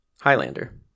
Highlander